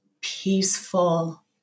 peaceful